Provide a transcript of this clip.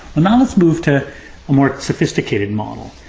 well, now let's move to a more sophisticated model.